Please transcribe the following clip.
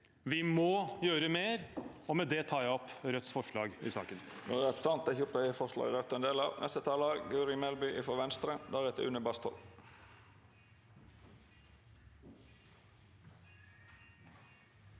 vi må gjøre mer – og med det tar jeg opp Rødts forslag i saken.